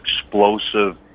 explosive